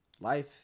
Life